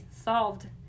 solved